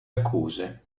accuse